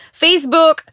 Facebook